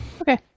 Okay